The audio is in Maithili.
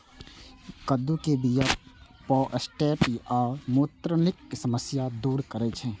कद्दू के बीया प्रोस्टेट आ मूत्रनलीक समस्या दूर करै छै